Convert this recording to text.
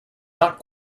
not